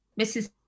Mrs